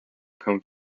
come